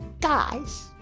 Guys